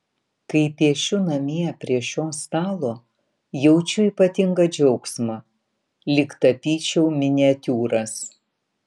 kai piešiu namie prie šio stalo jaučiu ypatingą džiaugsmą lyg tapyčiau miniatiūras